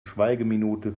schweigeminute